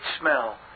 smell